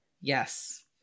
Yes